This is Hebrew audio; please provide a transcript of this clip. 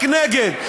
רק נגד.